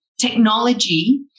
technology